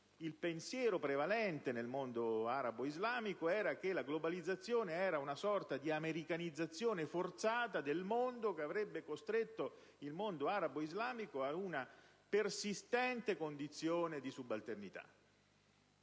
il pensiero prevalente nel modo arabo islamico era che la globalizzazione fosse una sorta di americanizzazione forzata del mondo, che avrebbe costretto il mondo arabo-islamico stesso ad una persistente condizione di subalternità.